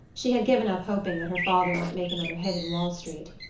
she had given up hoping that her father might make another hit in wall street.